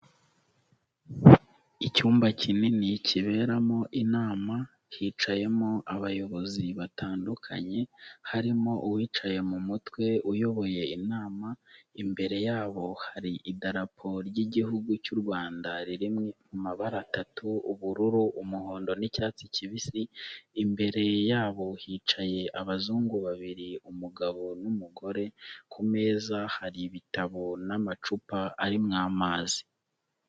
Icyumba kinini kiberamo inama hicayemo abayobozi batandukanye harimo uwicaye mu mutwe uyoboye inama imbere yabo hari idarapo ry'igihugu cy'u Rwanda ririmo amabara atatu ubururu, umuhondo, n'icyatsi kibisi imbere yabo hicaye abazungu babiri umugabo n'umugore ku meza hari ibitabo n'amacupa ari mo amazi.